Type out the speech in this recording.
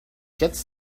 gets